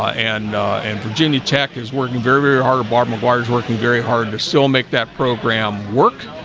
and and virginia tech is working very very hard bart mcguire is working very hard to still make that program work,